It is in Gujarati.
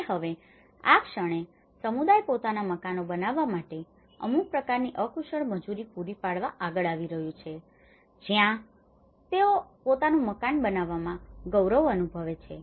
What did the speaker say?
અને હવે આ ક્ષણે સમુદાય પોતાનાં મકાનો બનાવવા માટે અમુક પ્રકારની અકુશળ મજૂરી પૂરી પાડવા આગળ આવી રહ્યું છે જ્યાં તેઓ પોતાનું મકાન બનાવવામાં ગૌરવ અનુભવે છે